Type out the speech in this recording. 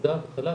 עבודה וחל"תים,